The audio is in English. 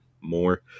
more